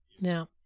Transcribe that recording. Now